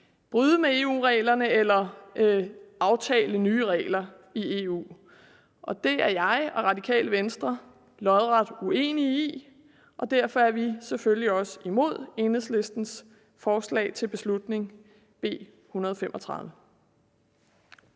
bryde med EU-reglerne eller aftale nye regler i EU. Og det er jeg og Radikale Venstre lodret uenige i, og derfor er vi selvfølgelig også imod Enhedslistens beslutningsforslag